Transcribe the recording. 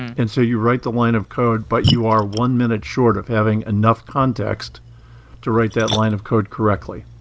and so you write the line of code, but you are one minute short of having enough context to write that line of code correctly.